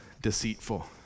deceitful